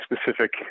specific